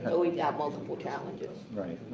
ah we have multiple challenges. right, right.